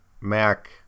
Mac